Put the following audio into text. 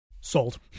Sold